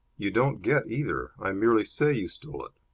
you don't get either. i merely say you stole it.